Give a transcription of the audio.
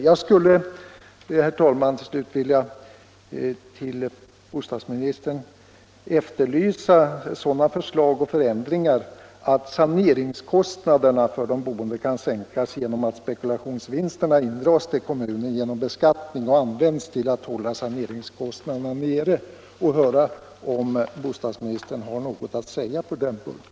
Jag skulle, herr talman, till slut vilja efterlysa från bostadsministerns sida sådana förslag och förändringar att saneringskostnaderna för de boende kan sänkas genom att spekulationsvinsterna skattevägen indras till kommunen och används till att hålla saneringskostnaderna nere. Jag skulle vilja höra om bostadsministern har något att säga på den här punkten.